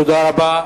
תודה רבה.